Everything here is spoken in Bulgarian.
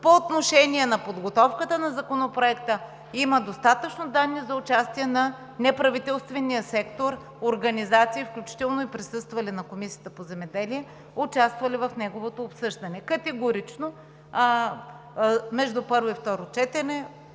По отношение на подготовката на Законопроекта. Има достатъчно данни за участие на неправителствения сектор – организации, включително и присъствали на Комисията по земеделие, участвали в неговото обсъждане. Категорично между първо и второ четене